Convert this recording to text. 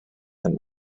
and